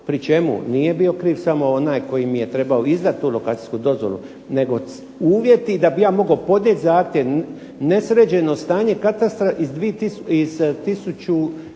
pri čemu nije bio kriv samo onaj koji mi je trebao izdati tu lokacijsku dozvolu, nego uvjeti da bi ja mogao podnijeti zahtjev, nesređeno stanje katastra iz 1927.